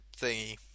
thingy